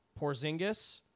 Porzingis